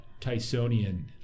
Tysonian